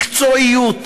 מקצועיות,